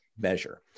measure